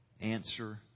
answer